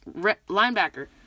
Linebacker